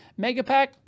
Megapack